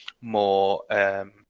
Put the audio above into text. more